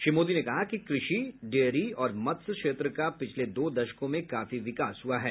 श्री मोदी ने कहा कि कृषि डेयरी और मत्स्य क्षेत्र का पिछले दो दशकों में काफी विकास हुआ है